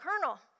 colonel